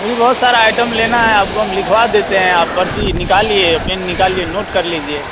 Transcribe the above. मुझे बहुत सारा आइटम लेना है आपको हम लिखवा देते हैं आप पर्ची निकालिए पेन निकालिए नोट कर लीजिए